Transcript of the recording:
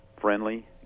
friendly